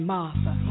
Martha